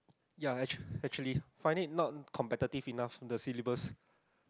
ya actually actually find it not competitive enough the syllabus